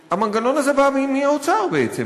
המנגנון הזה בא מהאוצר, בעצם.